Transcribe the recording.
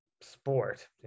sport